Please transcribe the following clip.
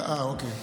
אה, אוקיי.